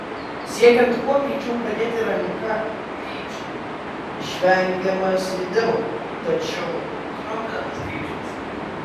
siekiant kuo greičiau pradėti ranka grybšnį išvengiama slydimo tačiau trumpinamas grybšnis